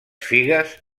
figues